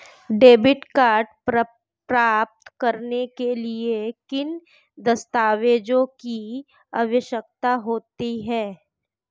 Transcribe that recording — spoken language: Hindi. डेबिट कार्ड प्राप्त करने के लिए किन दस्तावेज़ों की आवश्यकता होती है?